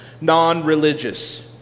non-religious